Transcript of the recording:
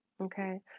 okay